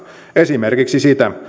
esimerkiksi sitä